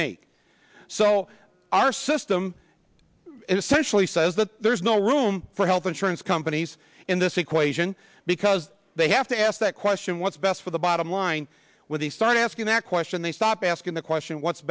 make so our system essentially says that there's no room for health insurance companies in this equation because they have to ask that question what's best for the bottom line with the start asking that question they stop asking the question what's